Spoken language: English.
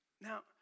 Now